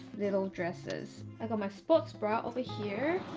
little dresses i got my sports bra over here,